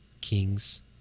kings